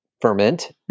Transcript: ferment